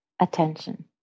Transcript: attention